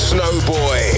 Snowboy